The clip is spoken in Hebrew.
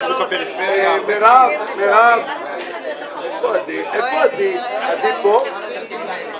הישיבה ננעלה בשעה 10:35.